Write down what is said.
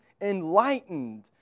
enlightened